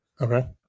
okay